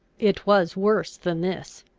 it was worse than this.